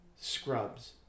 scrubs